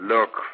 Look